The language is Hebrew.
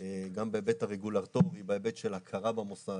גם בהיבט הרגולטורי, בהיבט של הכרה במוסד.